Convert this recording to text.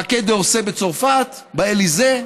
בקיי ד'אורסיי בצרפת, באליזה,